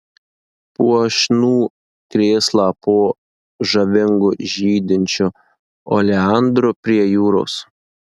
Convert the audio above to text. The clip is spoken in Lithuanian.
puošnų krėslą po žavingu žydinčiu oleandru prie jūros